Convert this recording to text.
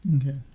Okay